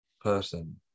person